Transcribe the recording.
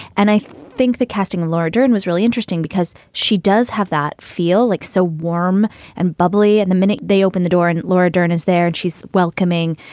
and i think the casting laura dern was really interesting because she does have that feel like so warm and bubbly. and the minute they open the door and laura dern is there and she's welcoming,